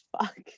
fuck